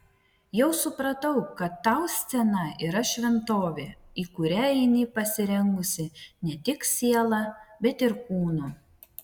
jau supratau kad tau scena yra šventovė į kurią eini pasirengusi ne tik siela bet ir kūnu